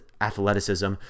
athleticism